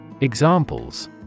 Examples